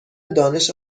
دانش